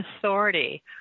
authority